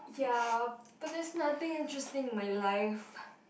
ya but there's nothing interesting in my life